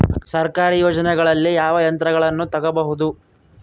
ಸರ್ಕಾರಿ ಯೋಜನೆಗಳಲ್ಲಿ ಯಾವ ಯಂತ್ರಗಳನ್ನ ತಗಬಹುದು?